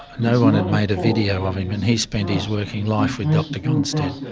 no one had made a video of him. and he spent his working life with dr gonstead,